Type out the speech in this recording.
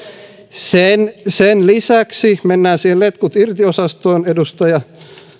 sen sen lisäksi mennään siihen letkut irti osastoon edustaja